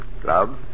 Club